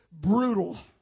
brutal